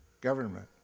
government